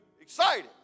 excited